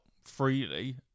freely